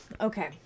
Okay